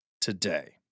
today